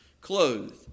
clothed